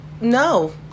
No